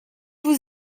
vous